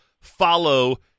Follow